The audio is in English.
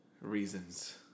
reasons